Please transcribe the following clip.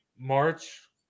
March